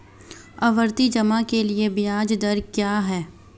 आवर्ती जमा के लिए ब्याज दर क्या है?